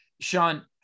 Sean